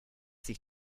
sich